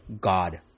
God